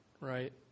right